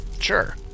Sure